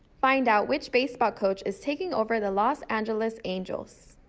find out which baseball coach is taking over the los angeles angels.